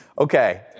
Okay